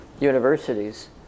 universities